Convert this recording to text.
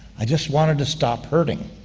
i just wanted to stop hurting.